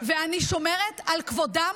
ואני שומרת על כבודם,